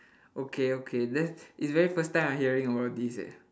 okay okay that's it's very first time I hearing about this eh